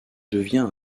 devient